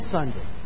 Sunday